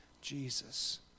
Jesus